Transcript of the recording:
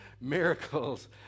Miracles